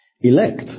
Elect